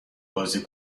بازی